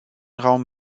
raum